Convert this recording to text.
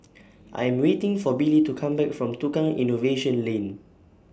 I'm waiting For Billy to Come Back from Tukang Innovation Lane